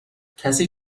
کسی